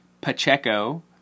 Pacheco